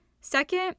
Second